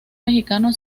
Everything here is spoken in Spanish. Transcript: mexicano